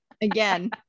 Again